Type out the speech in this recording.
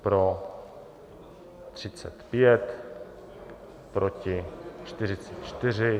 Pro 35, proti 44.